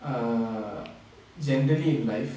err generally in life